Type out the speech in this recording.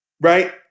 right